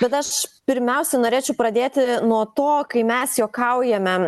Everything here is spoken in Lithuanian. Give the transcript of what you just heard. kad aš pirmiausia norėčiau pradėti nuo to kai mes juokaujame